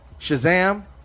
Shazam